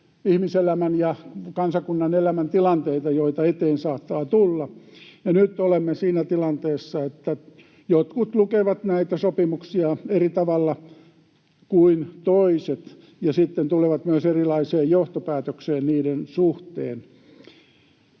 ihmiselämän ja kansakunnan elämän tilanteita, joita eteen saattaa tulla. Ja nyt olemme siinä tilanteessa, että jotkut lukevat näitä sopimuksia eri tavalla kuin toiset ja sitten tulevat myös erilaiseen johtopäätökseen niiden suhteen.